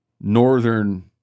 Northern